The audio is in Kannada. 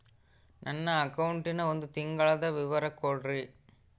ನನ್ನ ಅಕೌಂಟಿನ ಒಂದು ತಿಂಗಳದ ವಿವರ ಕೊಡ್ರಿ?